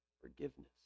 forgiveness